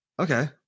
Okay